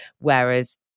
whereas